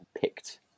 picked